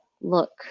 look